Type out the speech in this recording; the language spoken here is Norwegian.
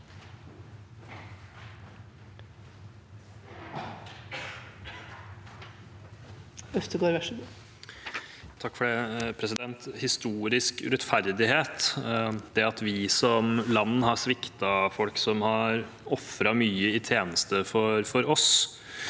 (komite- ens leder): Historisk urettferdighet, det at vi som land har sviktet folk som har ofret mye i tjeneste for oss,